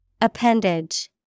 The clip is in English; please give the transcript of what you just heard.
Appendage